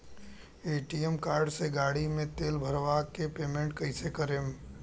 ATM card से गाड़ी मे तेल भरवा के पेमेंट कैसे करेम?